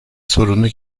sorunu